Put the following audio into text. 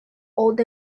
old